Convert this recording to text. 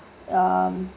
um